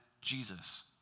Jesus